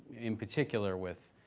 in particular with